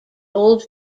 old